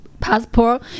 passport